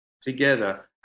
together